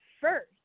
first